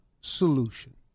solution